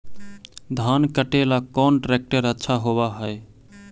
धान कटे ला कौन ट्रैक्टर अच्छा होबा है?